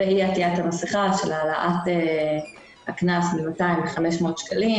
מדובר על אי-עטיית המסכה והעלאת הקנס מ-200 ל-500 שקלים.